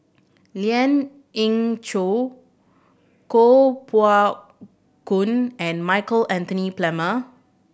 Lien Ying Chow Koh Poh Koon and Michael Anthony Palmer